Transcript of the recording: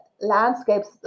landscapes